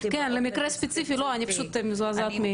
--- כן, אני פשוט מזועזעת מהתיאור.